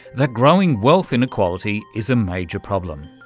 that growing wealth inequality is a major problem.